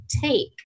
take